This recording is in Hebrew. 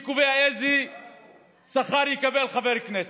מי קובע איזה שכר יקבל חבר כנסת?